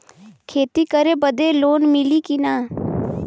खेती करे बदे लोन मिली कि ना?